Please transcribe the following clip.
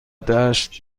دشت